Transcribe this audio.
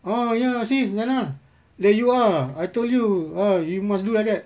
ah ya see ya lah there you are I told you ah you must do like that